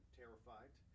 terrified